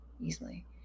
easily